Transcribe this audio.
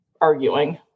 arguing